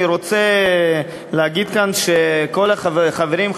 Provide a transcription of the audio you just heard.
אני רוצה להגיד כאן שכל החברים,